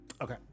Okay